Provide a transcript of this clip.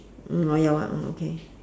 mm ya jau ah mm okay